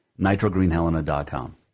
NitroGreenHelena.com